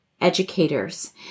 educators